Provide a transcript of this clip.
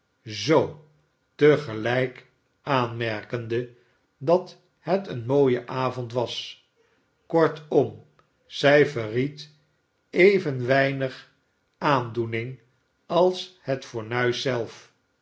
zoo te gelijk aanmerkende dat het een mooie avond was kortom zij verried even weinig aan dcening als het fornuis zelf